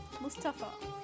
Mustafa